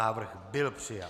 Návrh byl přijat.